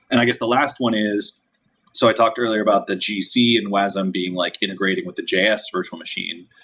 and i guess the last one is so i talked earlier about the gc and wasm being like integrating with the js virtual machine.